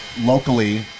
locally